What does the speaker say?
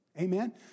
Amen